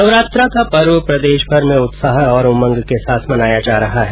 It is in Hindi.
नवरात्रा का पर्व प्रदेशभर में उत्साह और उमंग के साथ मनाया जा रहा हैं